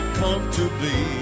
comfortably